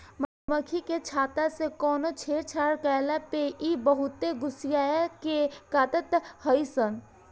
मधुमक्खी के छत्ता से कवनो छेड़छाड़ कईला पे इ बहुते गुस्सिया के काटत हई सन